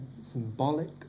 Symbolic